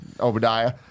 Obadiah